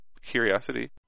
curiosity